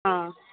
ஆ